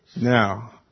Now